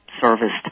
serviced